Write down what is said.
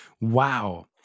wow